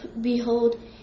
behold